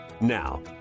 Now